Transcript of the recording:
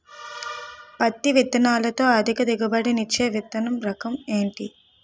పత్తి విత్తనాలతో అధిక దిగుబడి నిచ్చే విత్తన రకం ఏంటి?